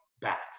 back